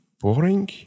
boring